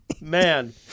Man